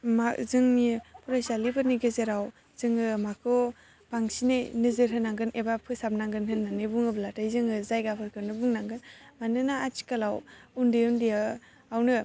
जोंनि फरायसालिफोरनि गेजेराव जोङो माखौ बांसिनै नोजोर होनांगोन एबा फोसाबनांगोन होननानै बुङोब्लाथाय जोङो जायगाफोरखौनो बुंनांगोन मानोना आथिखालाव उन्दै उन्दैयावनो